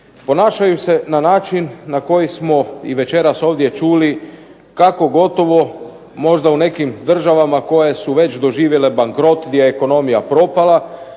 Ponašaju se na način na koji smo i večeras ovdje čuli kako gotovo možda u nekim državama koje su već doživjele bankrot, gdje je ekonomija propala,